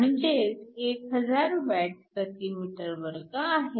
म्हणजेच 1000 Wm2 आहे